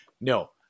no